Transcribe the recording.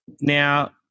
Now